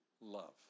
love